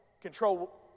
control